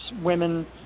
women